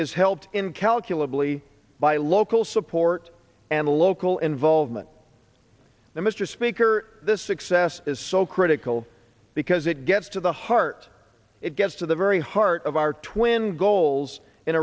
is helped incalculably by local support and local involvement that mr speaker this success is so critical because it gets to the heart it gets to the very heart of our twin goals in